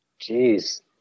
Jeez